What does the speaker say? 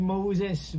Moses